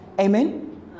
Amen